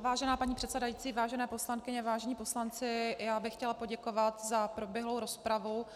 Vážená paní předsedající, vážené poslankyně, vážení poslanci, chtěla bych poděkovat za proběhlou rozpravu,